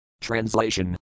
Translation